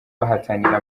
bahatanira